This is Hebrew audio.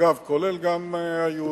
אגב כולל גם היהודים.